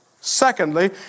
Secondly